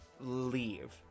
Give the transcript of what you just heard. leave